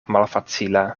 malfacila